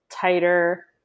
tighter